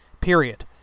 Period